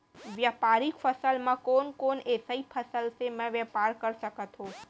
व्यापारिक फसल म कोन कोन एसई फसल से मैं व्यापार कर सकत हो?